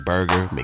Burger